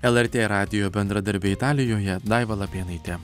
lrt radijo bendradarbė italijoje daiva lapėnaitė